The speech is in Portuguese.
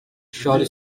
chore